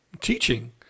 teaching